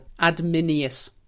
Adminius